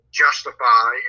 justify